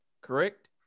correct